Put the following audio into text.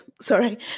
sorry